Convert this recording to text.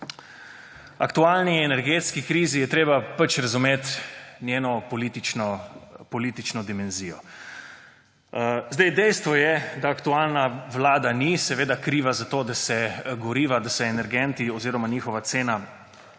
aktualni energetski krizi, je treba razumeti njeno politično dimenzijo. Dejstvo je, da aktualna vlada ni kriva za to, da se goriva, energenti oziroma njihova cena